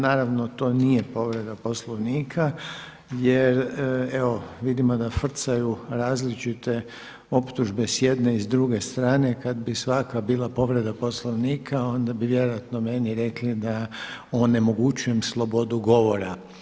Naravno to nije povreda Poslovnika jer evo vidimo da frcaju različite optužbe s jedne i s druge strane, kada bi svaka bila povreda Poslovnika onda bi vjerojatno rekli da onemogućujem slobodu govora.